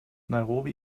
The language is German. nairobi